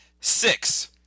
Six